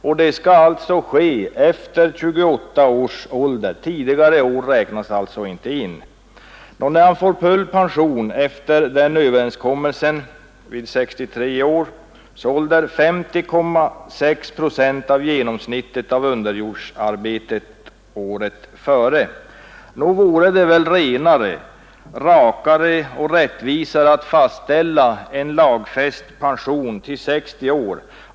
Den tiden skall alltså börja räknas efter det att man uppnått 28 års ålder; åren dessförinnan räknas inte in. Enligt den överenskommelsen är full pension vid 63 års ålder 50,6 procent av vad man genomsnittligt har tjänat i underjordsarbete året före. Nog vore det renare, rakare och rättvisare att i lag fastställa pensionsåldern till 60 år.